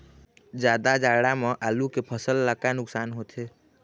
जादा जाड़ा म आलू के फसल ला का नुकसान होथे?